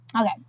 Okay